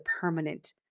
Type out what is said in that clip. permanent